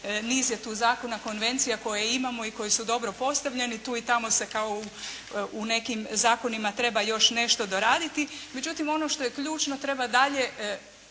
niz je tu zakona, konvencija koje imamo i koji su dobro postavljeni, tu i tamo se kao u nekim zakonima treba još nešto doraditi, međutim ono što je ključno treba dalje